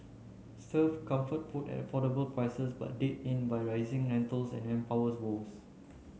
serve comfort food at affordable prices but did in by rising rentals and manpower woes